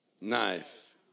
knife